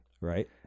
Right